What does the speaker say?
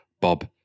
Bob